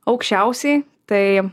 aukščiausiai tai